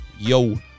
Yo